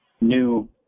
new